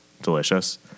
delicious